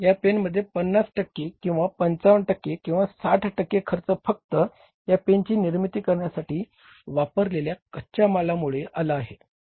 या पेनमध्ये पन्नास टक्के किंवा पंचावन्न टक्के किंवा साठ टक्के खर्च फक्त आपण या पेनची निर्मिती करण्यासाठी वापरलेल्या कच्या मालामुळे आला आहे